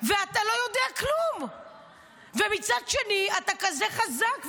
ואתה לא יודע כלום ומצד שני אתה כזה חזק,